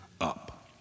up